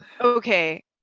Okay